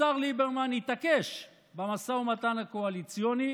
השר ליברמן התעקש במשא ומתן הקואליציוני